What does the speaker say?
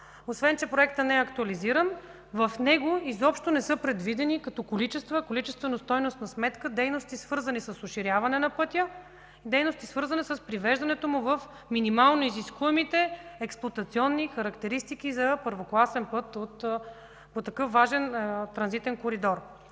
освен че проектът не е актуализиран, в него изобщо не са предвидени като количества – количествено-стойностна сметка, дейности, свързани с уширяване на пътя, дейности, свързани с привеждането му в минимално изискуемите експлоатационни характеристики за първокласен път по такъв важен транзитен коридор.